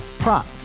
Prop